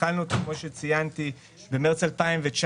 התחלנו אותו במרץ 2019,